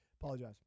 apologize